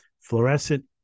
fluorescent